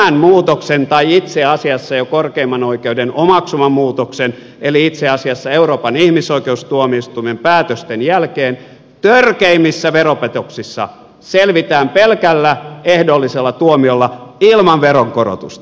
tämän muutoksen tai itse asiassa jo korkeimman oikeuden omaksuman muutoksen eli itse asiassa euroopan ihmisoikeustuomioistuimen päätösten jälkeen törkeimmissä veropetoksissa selvitään pelkällä ehdollisella tuomiolla ilman veronkorotusta